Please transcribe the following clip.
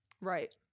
right